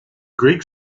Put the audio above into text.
greek